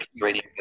radio